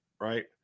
right